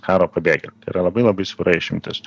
karo pabėgėliam tai yra labai labai siaura išimtis